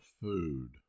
food